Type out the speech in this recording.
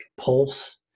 pulse